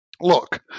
look